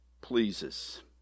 pleases